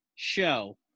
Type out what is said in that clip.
show